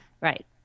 Right